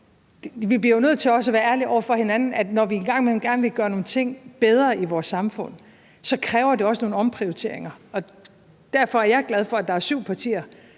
Vi bliver jo nødt til også at være ærlige over for hinanden og sige, at når vi en gang imellem gerne vil gøre nogle ting bedre i vores samfund, så kræver det også nogle omprioriteringer. Og derfor er jeg glad for, at der er syv partier,